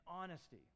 honesty